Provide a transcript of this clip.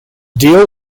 deal